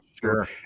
Sure